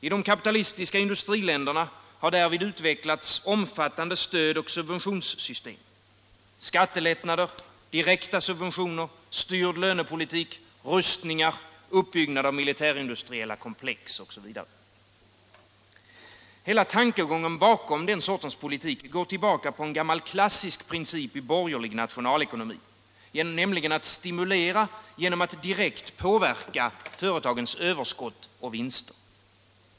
I de kapitalistiska industriländerna har därvid utvecklats omfattande stöd och subventionssystem, skattelättnader, direkta subventioner, styrd lönepolitik, rustningar, uppbyggnad av militärindustriella komplex osv. Hela denna tankegång bakom den sortens politik går tillbaka på en gammal klassisk princip i borgerlig nationalekonomi, nämligen att stimulera genom att direkt påverka företagens överskott och vinster.